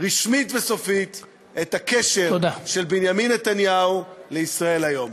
רשמית וסופית את הקשר של בנימין נתניהו ל"ישראל היום".